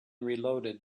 reloaded